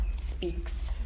speaks